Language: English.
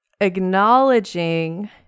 acknowledging